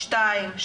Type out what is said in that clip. שניים,